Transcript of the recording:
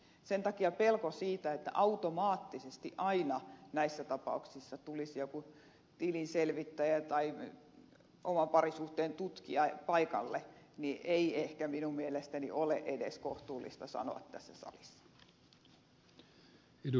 sen takia pelkoa siitä että automaattisesti aina näissä tapauksissa tulisi joku tilinselvittäjä tai parisuhteen tutkija paikalle ei ehkä minun mielestäni ole edes kohtuullista sanoa tässä salissa